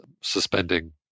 suspending